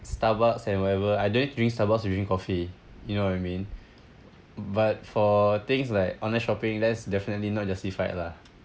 starbucks and whatever I do drink starbucks to drink coffee you know what I mean but for things like online shopping that's definitely not justified lah